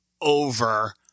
over